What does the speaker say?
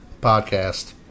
podcast